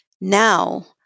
Now